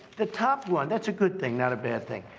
the top one that's a good thing, not a bad thing.